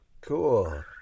Cool